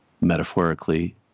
metaphorically